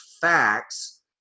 facts